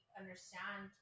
understand